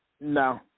No